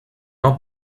not